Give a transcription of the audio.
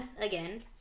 again